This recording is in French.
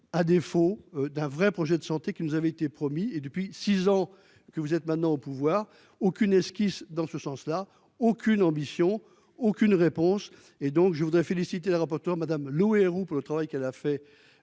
à défaut d'un vrai projet de santé qui nous avait été promis et depuis 6 ans que vous êtes maintenant au pouvoir. Aucune esquisse dans ce sens-là aucune ambition aucune réponse et donc je voudrais féliciter le rapporteur, madame Héroux pour le travail qu'elle a fait